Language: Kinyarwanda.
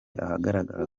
ahagaragara